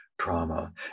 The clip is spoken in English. Trauma